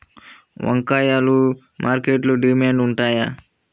వంకాయలు మార్కెట్లో డిమాండ్ ఉంటాయా?